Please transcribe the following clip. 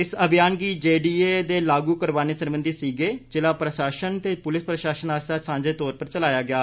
इस अभियान गी जेडीए दे लागू करवाने सरबंधी सीगे ज़िला प्रशासन ते पुलस प्रशासन आस्सेआ सांझे तौर पर चलाया गेआ